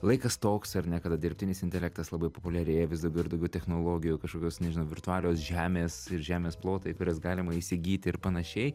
laikas toks ar ne kada dirbtinis intelektas labai populiarėja vis daugiau ir daugiau technologijų kažkokios nežinau virtualios žemės ir žemės plotai kuriuos galima įsigyti ir panašiai